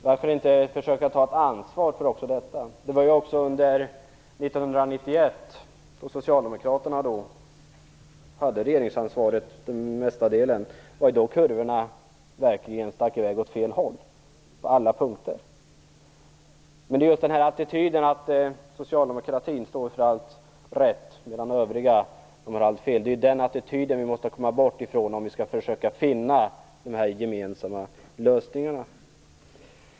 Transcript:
Varför inte försöka ta ett ansvar också för detta? Det var också under 1991, då Socialdemokraterna till största delen hade regeringsansvaret, som kurvorna verkligen stack i väg åt fel håll på alla punkter. Det är just attityden att socialdemokratin står för allt rätt, medan övriga gör allt fel, som vi måste komma bort från, om vi skall försöka finna de gemensamma lösningarna.